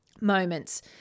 moments